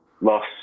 loss